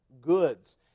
goods